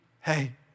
hey